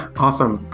ah awesome.